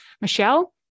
Michelle